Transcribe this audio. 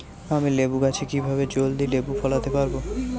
আমি লেবু গাছে কিভাবে জলদি লেবু ফলাতে পরাবো?